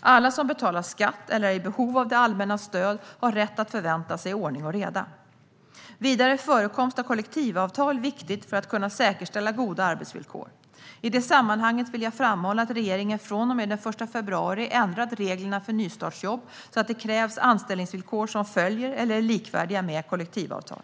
Alla som betalar skatt eller är i behov av det allmännas stöd har rätt att förvänta sig ordning och reda. Vidare är förekomst av kollektivavtal viktigt för att kunna säkerställa goda arbetsvillkor. I det sammanhanget vill jag framhålla att regeringen från och med den 1 februari har ändrat reglerna för nystartsjobb så att det krävs anställningsvillkor som följer eller är likvärdiga med kollektivavtal.